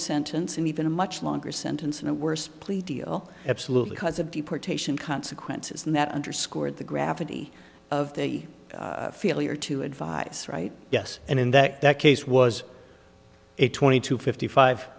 sentence and even a much longer sentence in a worst plea deal absolutely because of deportation consequences and that underscored the gravity of the feel your to advise right yes and in that that case was a twenty two fifty five